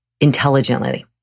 intelligently